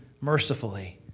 mercifully